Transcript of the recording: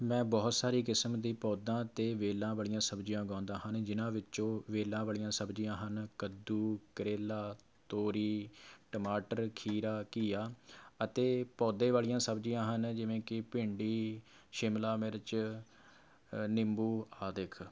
ਮੈਂ ਬਹੁਤ ਸਾਰੀ ਕਿਸਮ ਦੀ ਪੌਦੇ ਅਤੇ ਵੇਲ੍ਹਾਂ ਵਾਲੀਆਂ ਸਬਜ਼ੀਆਂ ਉਗਾਉਂਦਾ ਹਨ ਜਿਨ੍ਹਾਂ ਵਿੱਚੋਂ ਵੇਲ੍ਹਾਂ ਵਾਲੀਆਂ ਸਬਜ਼ੀਆਂ ਹਨ ਕੱਦੂ ਕਰੇਲਾ ਤੋਰੀ ਟਮਾਟਰ ਖੀਰਾ ਘੀਆ ਅਤੇ ਪੌਦੇ ਵਾਲੀਆਂ ਸਬਜ਼ੀਆਂ ਹਨ ਜਿਵੇਂ ਕਿ ਭਿੰਡੀ ਸ਼ਿਮਲਾ ਮਿਰਚ ਨਿੰਬੂ ਆਦਿ